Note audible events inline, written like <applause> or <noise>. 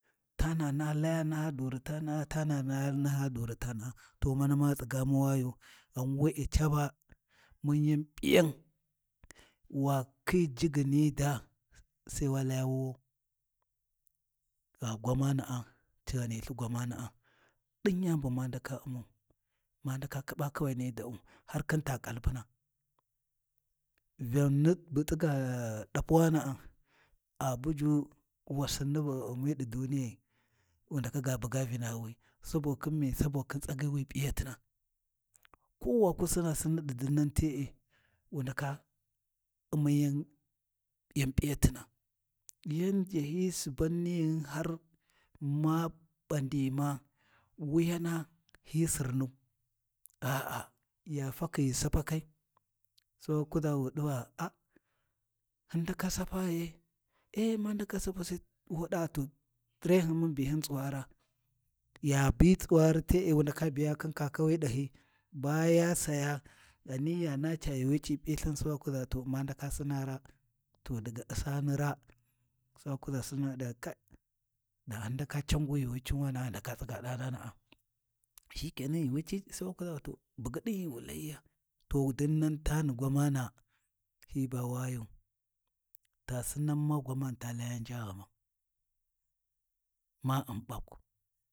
Tana naha laya naha duru tanəa tana laya naha duru tana’a, to mani ma tsiga mu wayu ghan we’e caba, mun yan p’iyan wa khin jigyi ni daa Sai wa laya wuwau, gha gwamana’a ci ghani lthi gwamana’a ɗin yani bu ma ndaka U’mau, ma ndaka khiɓa kawai ni da’u har khin ta kalpuna Vyan ni <hesitation> ɗapuwana’a a buju wasin bu a U’mi ɗi duniyai wu ndaka ga buga Vinawi sabokhin mi Saboda khin tsagyi wi P’iyatina. Ko wa ku Sina Sinni ɗi dinnan te’e wu ndaka uwamen yan P’iyatina yan ʒhahyiyi Suban nighun har ma ɓandi ma wuyana hi Sirna a’a ya fakhi ghi sapakai sai wa kuʒa wu ɗi va a hyin ndaka sapa ghe e' ma ndaka sapau, Sai wu ɗa to tsirehun mun bihyin tsuwara, ya bi tsuwari te’e wu ndaka biya khin kakawi ɗahyi, baya saya ghani yana ca yuuwi ci P’lthin sai wa kuʒa ma ndaka Sina raa, to daga U’sani raa, sai wa kuʒa Sinni a ɗi kai da hyin ndaka can yuuwi cinwana’a ghi ndaka tsiga ɗana’a shike nan, yuuwi ci Sai wa kuʒa to bugyi ɗi ghi wu layiya, to dinnan tani gwamana hyi ba wayu, ta Sinan ma gwanani ta laya njaaghuma ma Un ɓak.